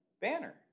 banner